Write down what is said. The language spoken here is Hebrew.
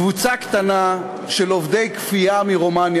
קבוצה קטנה של עובדי כפייה מרומניה,